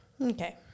Okay